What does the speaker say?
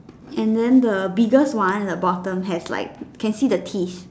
and than the biggest one at the bottom has like can see the teeth